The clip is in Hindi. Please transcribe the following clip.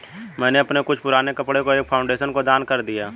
मैंने अपने कुछ पुराने कपड़ो को एक फाउंडेशन को दान कर दिया